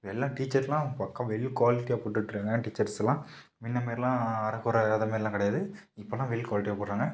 எல்லாம் டீச்சர்லாம் பக்கா வெல் குவாலிட்டியாக போட்டுட்ருக்காங்க டீச்சர்ஸ்லாம் முன்ன மேரிலாம் அரை குறை அது மாரிலாம் கிடையாது இப்போலாம் வெல் குவாலிட்டியாக போடுறாங்க